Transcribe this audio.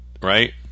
right